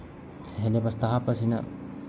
ꯁꯦꯂꯦꯕꯁꯇ ꯍꯥꯞꯄ ꯑꯁꯤꯅ